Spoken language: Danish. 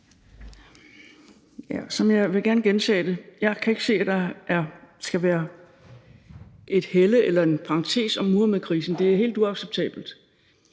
Jeg vil gerne gentage det. Jeg kan ikke se, at der skal være et helle eller en parentes om Muhammedkrisen. Det er helt uacceptabelt.